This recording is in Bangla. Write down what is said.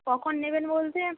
কখন নেবেন বলতে